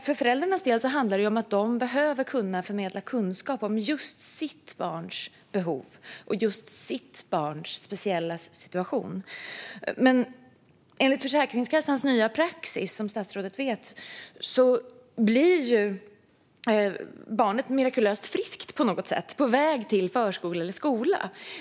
För föräldrarnas del handlar det om att de behöver kunna förmedla kunskap om just sitt barns behov och just sitt barns speciella situation. Men enligt Försäkringskassans nya praxis blir barnet, som statsrådet vet, på något mirakulöst sätt friskt på väg till förskolan eller skolan.